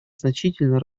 значительно